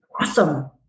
awesome